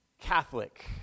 Catholic